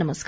नमस्कार